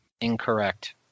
Incorrect